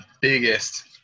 biggest